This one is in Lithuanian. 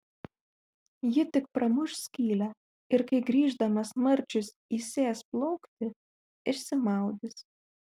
ji tik pramuš skylę ir kai grįždamas marčius įsės plaukti išsimaudys